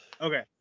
Okay